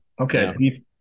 okay